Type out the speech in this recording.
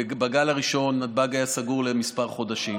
בגל הראשון נתב"ג היה סגור כמה חודשים.